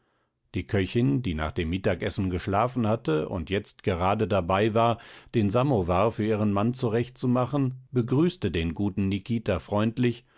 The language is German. die köchin die nach dem mittagessen geschlafen hatte und jetzt gerade dabei war den samowar für ihren mann zurechtzumachen begrüßte den guten nikita freundlich